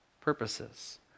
purposes